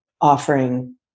offering